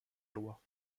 loi